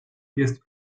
jest